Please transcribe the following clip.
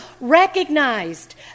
recognized